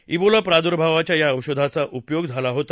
Ebola प्रादुर्भावाच्या या औषधाचा उपयोग झाला होता